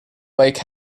lake